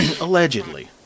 Allegedly